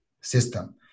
system